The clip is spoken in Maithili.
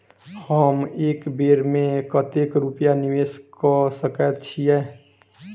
हम एक बेर मे कतेक रूपया निवेश कऽ सकैत छीयै?